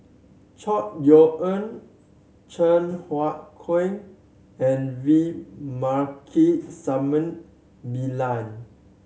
Chor Yeok Eng Cheng Hua Keung and V Pillai